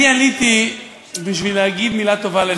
אני עליתי בשביל להגיד מילה טובה לנאוה,